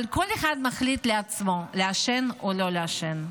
אבל כל אחד מחליט לעצמו אם לעשן או לא לעשן.